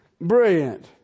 Brilliant